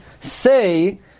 say